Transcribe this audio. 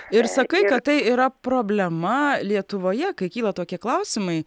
ir sakai kad tai yra problema lietuvoje kai kyla tokie klausimai